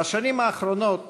בשנים האחרונות